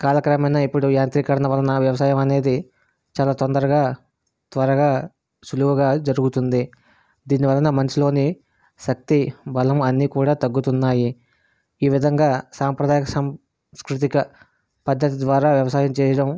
కాలక్రమేణా ఇప్పుడు యాంత్రీకరణ వల్ల వ్యవసాయం అనేది చాలా తొందరగా త్వరగా సులువుగా జరుగుతుంది దీని వలన మనిషిలోని శక్తి బలం అన్ని కూడా తగ్గుతున్నాయి ఈ విధంగా సాంప్రదాయక సంస్కృతిక పద్ధతి ద్వారా వ్యవసాయం చేయడం